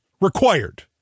required